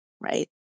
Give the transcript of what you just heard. right